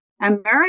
America